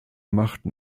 machten